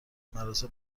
مراسم